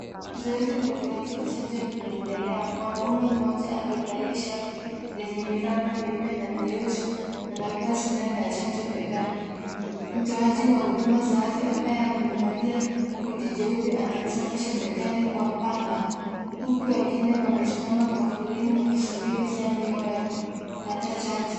Ziezi la utoaji wa chanjo linaendelea, mwanaume mmoja aliye valia shati lenye miramba mieupe na mieusi anapewa sindano ya chanjo begani, mtoaji wa huduma za afya ambaye amevalia koti jeupe anamsafisha begani kwa pamba huku wengine wamesimama kwa foleni wakisubiri zamu yao ya kupata chanjo.